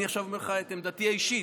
ואני אומר לך עכשיו את עמדתי האישית.